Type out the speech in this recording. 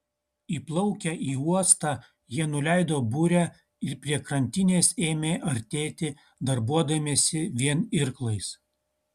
įplaukę į uostą jie nuleido burę ir prie krantinės ėmė artėti darbuodamiesi vien irklais